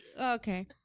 okay